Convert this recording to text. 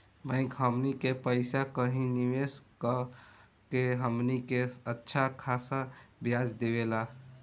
bank हमनी के पइसा कही निवेस कऽ के हमनी के अच्छा खासा ब्याज देवेला